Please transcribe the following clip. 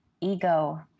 ego